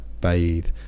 bathe